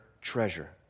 treasure